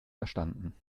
erstanden